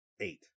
Eight